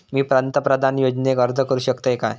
मी पंतप्रधान योजनेक अर्ज करू शकतय काय?